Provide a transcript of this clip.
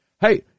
Hey